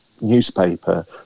newspaper